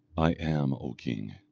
i am, o king,